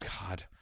God